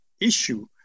issue